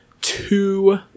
two